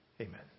Amen